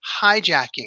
hijacking